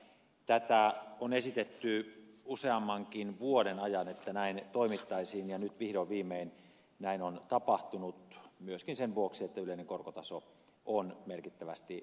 tätä on esitetty useankin vuoden ajan että näin toimittaisiin ja nyt vihdoin viimein näin on tapahtunut myöskin sen vuoksi että yleinen korkotaso on merkittävästi alentunut